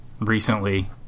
recently